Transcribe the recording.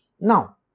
Now